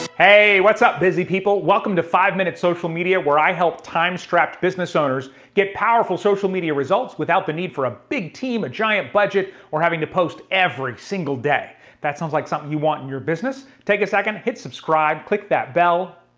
it. hey, what's up, busy people? welcome to five minute social media, where i help time-strapped business owners get powerful social media results without the need for a big team, a giant budget, or having to post every single day. if that sounds like something you want in your business, take a second, hit subscribe, click that bell.